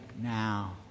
now